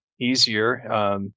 easier